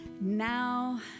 Now